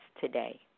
today